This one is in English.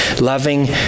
loving